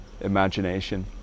imagination